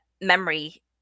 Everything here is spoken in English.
memory